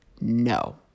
no